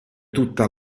tutta